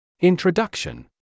introduction